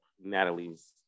Natalie's